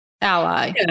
ally